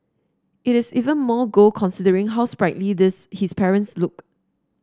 it is even more gold considering how sprightly this his parents look